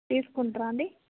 తీసుకుంట్రా అండి